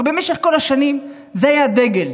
הרי במשך כל השנים זה היה הדגל,